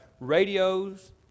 radios